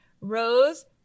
Rose